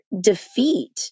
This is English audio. defeat